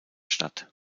statt